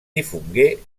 difongué